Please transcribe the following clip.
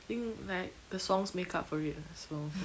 think like the songs make up for it ah so